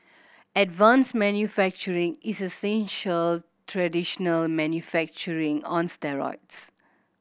advanced manufacturing is essential traditional manufacturing on steroids